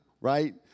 right